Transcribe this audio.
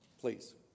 please